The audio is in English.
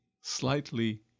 slightly